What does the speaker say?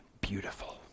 beautiful